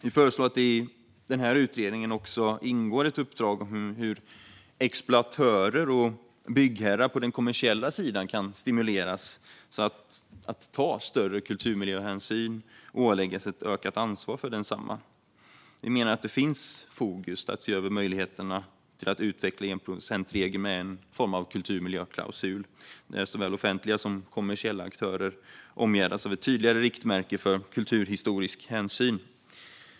Vi föreslår att det i utredningen också ska ingå ett uppdrag gällande hur exploatörer och byggherrar på den kommersiella sidan kan stimuleras att ta större kulturmiljöhänsyn och åläggas ett ökat ansvar för detta. Vi menar att det finns fog för att se över möjligheterna att utveckla enprocentsregeln med ett slags kulturmiljöklausul, där såväl offentliga som kommersiella aktörer omgärdas av ett tydligare riktmärke för kulturhistorisk hänsyn.